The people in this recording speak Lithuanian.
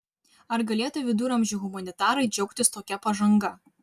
ar galėtų viduramžių humanitarai džiaugtis tokia pažanga